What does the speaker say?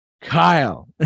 Kyle